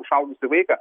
užaugusį vaiką